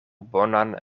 bonan